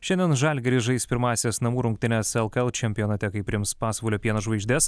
šiandien žalgiris žais pirmąsias namų rungtynes lkl čempionate kai priims pasvalio pieno žvaigždes